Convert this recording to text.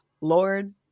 Lord